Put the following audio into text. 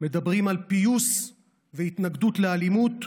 מדברים על פיוס והתנגדות לאלימות,